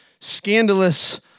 scandalous